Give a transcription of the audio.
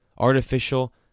artificial